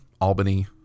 Albany